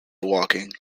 walking